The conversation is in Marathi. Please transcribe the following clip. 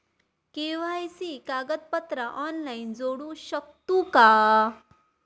के.वाय.सी कागदपत्रा ऑनलाइन जोडू शकतू का?